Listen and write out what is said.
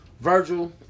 Virgil